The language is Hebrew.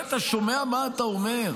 אתה שומע מה אתה אומר?